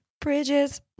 bridges